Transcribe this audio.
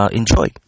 Enjoy